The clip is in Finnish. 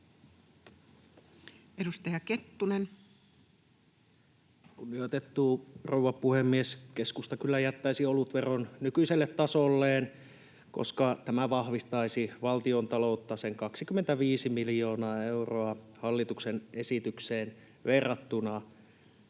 21:10 Content: Kunnioitettu rouva puhemies! Keskusta kyllä jättäisi olutveron nykyiselle tasolleen, koska tämä vahvistaisi valtiontaloutta sen 25 miljoonaa euroa hallituksen esitykseen verrattuna.